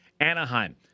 Anaheim